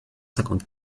cinquante